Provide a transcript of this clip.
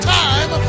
time